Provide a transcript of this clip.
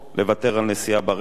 לוותר על נסיעה ברכב,